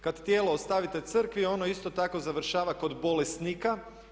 Kada tijelo ostavite crkvi ono isto tako završava kod bolesnika.